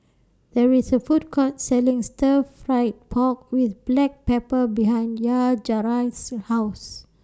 There IS A Food Court Selling Stir Fry Pork with Black Pepper behind Yajaira's House